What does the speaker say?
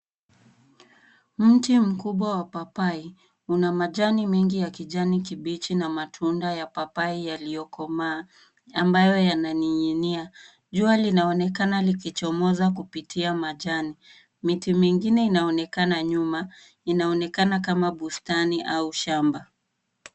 Mti mkubwa wa papai una majani mengi ya kijani kibichi na matunda ya papai yaliyokomaa ambayo yananing'inia. Jua linaonekana likichomoza kupitia majani. Miti mingine inaonekana nyuma. Inaonekana kama bustani au shamba.